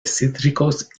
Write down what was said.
cítricos